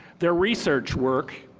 their research work